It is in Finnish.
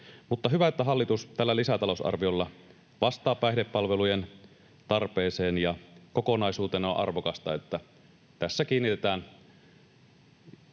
Mutta hyvä, että hallitus tällä lisätalousarviolla vastaa päihdepalvelujen tarpeeseen. Kokonaisuutena on arvokasta, että tässä kiinnitetään